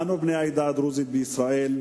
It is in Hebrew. אנו, בני העדה דרוזית בישראל,